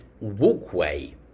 walkway